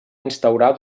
instaurar